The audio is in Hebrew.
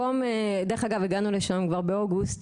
דרך אגב הגענו לשם כבר באוגוסט,